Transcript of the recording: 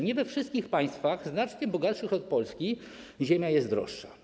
Nie we wszystkich państwach znacznie bogatszych od Polski ziemia jest droższa.